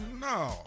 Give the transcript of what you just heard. no